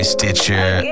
Stitcher